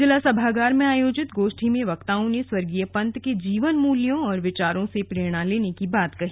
जिला सभागार में आयोजित गोष्ठी में वक्ताओं ने स्वर्गीय पंत के जीवन मूल्यों और विचारों से प्रेरणा लेने की बात कही